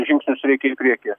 žingsnius reikia į priekį